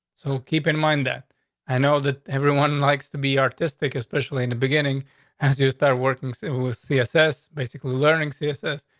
so keep in mind that i know that everyone likes to be artistic, especially in the beginning, as you start working with css basically learning css.